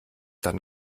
dann